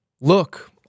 Look